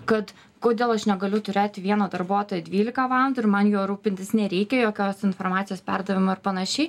kad kodėl aš negaliu turėti vieno darbuotojo dvylika valandų ir man juo rūpintis nereikia jokios informacijos perdavimo ir panašiai